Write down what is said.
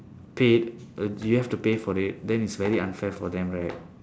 paid you have to pay for it then it's very unfair for them right